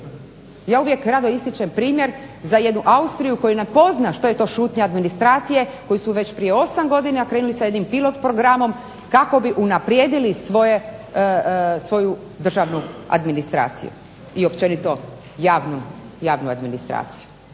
Ja uvijek rado ističem primjer za jednu Austriju koja ne pozna što je to šutnja administracije, koji su već prije osam godina krenuli sa jednim pilot programom kako bi unaprijedili svoju državnu administraciju i općenito javnu administraciju.